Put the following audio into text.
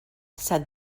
said